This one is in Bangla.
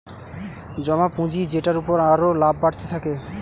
জমা পুঁজি যেটার উপর আরো লাভ বাড়তে থাকে